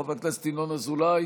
חבר הכנסת ינון אזולאי